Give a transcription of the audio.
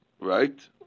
right